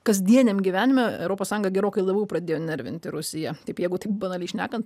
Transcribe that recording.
kasdieniame gyvenim europos sąjunga gerokai labiau pradėjo nervinti rusiją taip jeigu taip banaliai šnekant